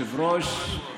אדוני היושב-ראש,